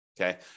Okay